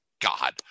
God